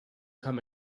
come